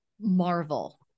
Marvel